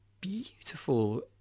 beautiful